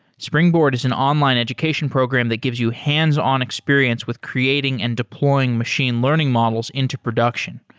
springboard is an online education program that gives you hands-on experience with creating and deploying machine learning models into production,